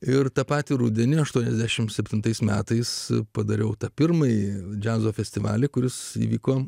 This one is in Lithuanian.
ir tą patį rudenį aštuoniasdešimt septintais metais padariau tą pirmąjį džiazo festivalį kuris įvyko